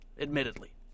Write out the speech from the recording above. Admittedly